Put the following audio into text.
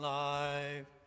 life